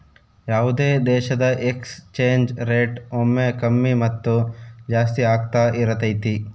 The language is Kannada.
ಯಾವುದೇ ದೇಶದ ಎಕ್ಸ್ ಚೇಂಜ್ ರೇಟ್ ಒಮ್ಮೆ ಕಮ್ಮಿ ಮತ್ತು ಜಾಸ್ತಿ ಆಗ್ತಾ ಇರತೈತಿ